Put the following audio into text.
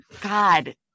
God